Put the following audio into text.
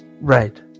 Right